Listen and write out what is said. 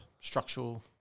structural